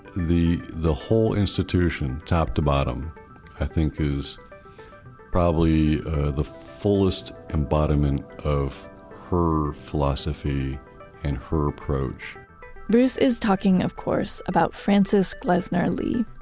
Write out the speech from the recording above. the the whole institution top to bottom i think is probably the fullest embodiment of her philosophy and her approach bruce is talking of course about frances glessner lee.